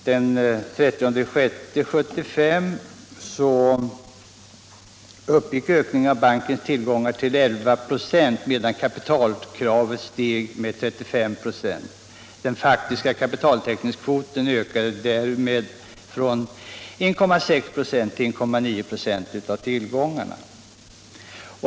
Den 30 juni 1975 uppgick ökningen av bankens tillgångar till 11 96 medan kapitalkravet steg med 35 96. Den faktiska kapitaltäckningskvoten ökade därmed från 1,6 26 till 1,9 96 av tillgångarna.